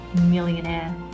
millionaire